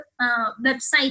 website